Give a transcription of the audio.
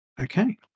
Okay